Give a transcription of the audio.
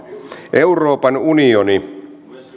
euroopan unioni